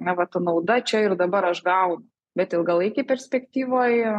na va ta nauda čia ir dabar aš gaunu bet ilgalaikėj perspektyvoj